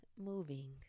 moving